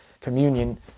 communion